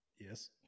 Yes